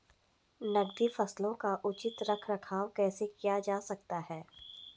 नकदी फसलों का उचित रख रखाव कैसे किया जा सकता है?